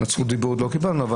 זכות דיבור עוד לא קיבלנו,